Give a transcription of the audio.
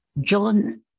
John